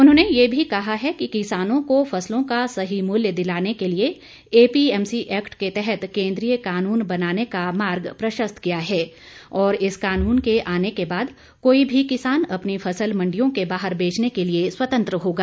उन्होंने ये भी कहा है कि किसानों फसलों का सही मूल्य दिलाने के लिए एपीएमसी एक्ट के तहत केंद्रीय कानून बनाने का मार्ग प्रशस्त किया है और इस कानून के आने के बाद कोई भी किसान अपनी फसल मंडियों के बाहर बेचने के लिए स्वतंत्र होगा